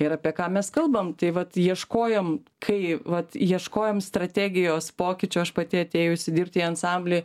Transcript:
ir apie ką mes kalbam tai vat ieškojom kai vat ieškojom strategijos pokyčių aš pati atėjusi dirbti į ansamblį